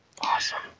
Awesome